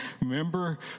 Remember